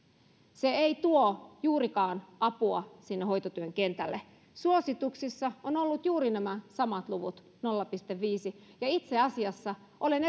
seitsemän ei tuo juurikaan apua sinne hoitotyön kentälle suosituksissa on on ollut juuri nämä samat luvut nolla pilkku viisi ja itse asiassa olen